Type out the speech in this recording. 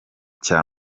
cya